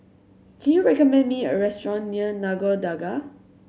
can you recommend me a restaurant near Nagore Dargah